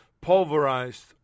pulverized